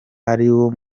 ariwo